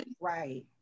right